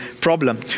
problem